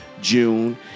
June